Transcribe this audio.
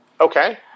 Okay